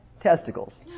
testicles